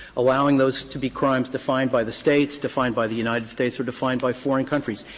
allowing those to be crimes defined by the states, defined by the united states or defined by foreign countries,